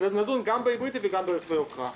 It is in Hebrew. הרכב ההיברידי ונדון גם ברכב ההיברידי וגם ברכבי יוקרה.